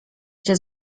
się